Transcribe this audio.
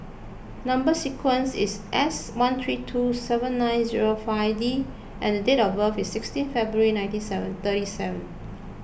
Number Sequence is S one three two seven nine zero five D and date of birth is sixteen February ninety seven thirty seven